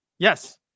Yes